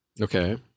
Okay